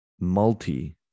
multi